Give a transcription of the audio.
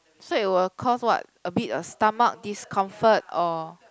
so it will cost what a bit of stomach discomfort or